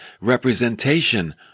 representation